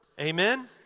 Amen